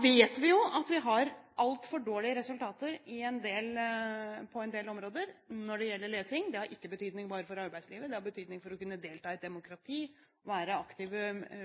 vet jo at vi har altfor dårlige resultater på en del områder, når det gjelder lesing – det har ikke betydning bare for arbeidslivet, det har betydning for å kunne delta i et demokrati, være aktive